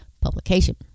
publication